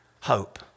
hope